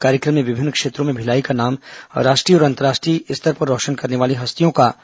कार्यक्रम में विभिन्न क्षेत्रों में भिलाई का नाम राष्ट्रीय तथा अंतर्राष्ट्रीय स्तर पर रौशन करने वाली हस्तियों का सम्मान किया गया